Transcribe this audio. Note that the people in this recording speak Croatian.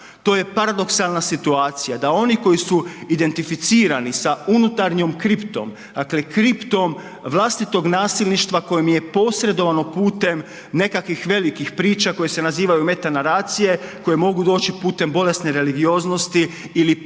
to je paradoksalna situacija da oni koji su identificirani sa unutarnjom kriptom, dakle kriptom vlastitog nasilništva kojom je posredovano putem nekakvih velikih priča koje se nazivaju mete naracije koje mogu doći putem bolesne religioznosti ili putem